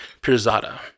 Pirzada